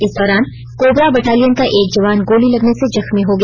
इस दौरान COBRA battalion का एक जवान गोली लगने से जख्मी हो गया